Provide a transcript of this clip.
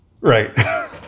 Right